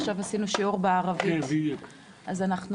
עכשיו עשינו שיעור בערבית אז אנחנו,